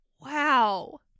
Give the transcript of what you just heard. Wow